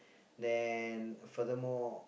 then furthermore